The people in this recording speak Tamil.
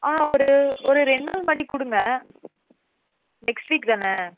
ஆ ஒரு ஒரு ரெண்டு நாள் முன்னாடி கொடுங்க நெக்ஸ்ட் வீக் தானே